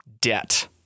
debt